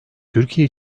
türkiye